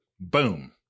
boom